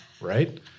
right